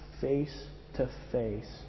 face-to-face